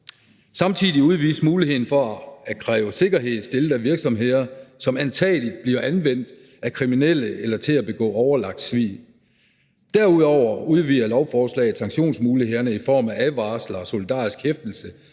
Samtidig udvides muligheden for at kræve sikkerhed stillet af virksomheder, som antagelig bliver anvendt af kriminelle eller til at begå overlagt svig. Derudover udvider lovforslaget sanktionsmulighederne i form af advarsler og solidarisk hæftelse